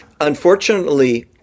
Unfortunately